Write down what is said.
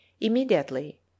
Immediately